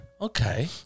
Okay